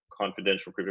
confidential